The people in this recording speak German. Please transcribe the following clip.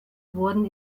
wurden